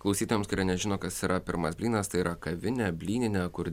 klausytojams kurie nežino kas yra pirmas blynas tai yra kavinė blyninė kur